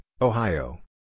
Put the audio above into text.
Ohio